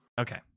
Okay